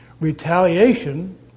retaliation